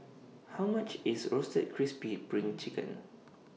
How much IS Roasted Crispy SPRING Chicken